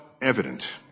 Evident